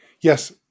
Yes